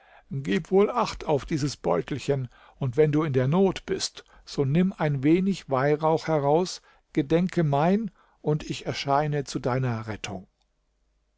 gib wohl acht auf dieses beutelchen und wenn du in der not bist so nimm ein wenig weihrauch heraus gedenke mein und ich erscheine zu deiner rettung